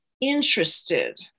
interested